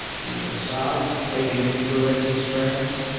the sars, avian influenza strands,